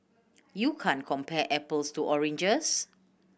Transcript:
you can't compare apples to oranges